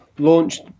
Launched